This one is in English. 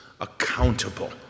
accountable